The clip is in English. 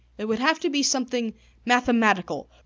it would have to be something mathematical,